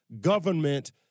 government